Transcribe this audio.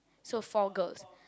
so four girls